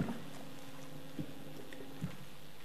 בבקשה, אדוני.